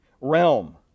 realm